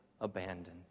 abandoned